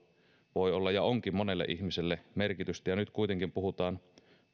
voi olla ja onkin monelle ihmiselle merkitystä ja nyt kuitenkin puhutaan